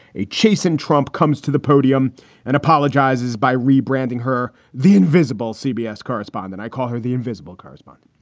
a chastened trump comes to the podium and apologizes by rebranding her, the invisible cbs correspondent. i call her the invisible correspondent.